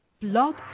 Blog